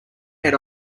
head